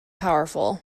powerful